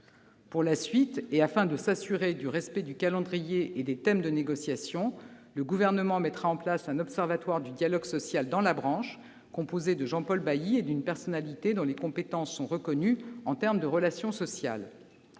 Pour la suite, et afin de s'assurer du respect du calendrier et des thèmes de négociations, le Gouvernement mettra en place un observatoire du dialogue social dans la branche, qui sera composé de Jean-Paul Bailly et d'une personnalité aux compétences reconnues dans le domaine des relations sociales.